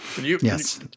Yes